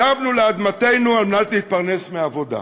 שבנו לאדמתנו על מנת להתפרנס מעבודה,